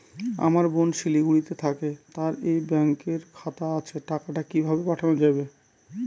আমার বোন শিলিগুড়িতে থাকে তার এই ব্যঙকের খাতা আছে টাকা কি ভাবে পাঠানো যাবে?